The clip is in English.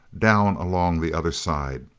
down along the other side.